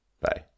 Bye